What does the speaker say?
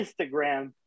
Instagram